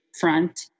front